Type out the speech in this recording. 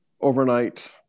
overnight